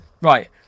right